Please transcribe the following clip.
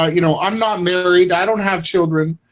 ah you know, i'm not married i don't have children.